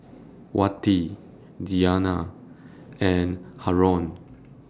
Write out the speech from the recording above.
Wati Dayana and Haron